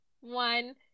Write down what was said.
one